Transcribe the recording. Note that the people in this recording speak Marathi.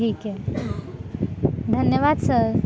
ठीक आहे धन्यवाद सर